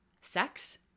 sex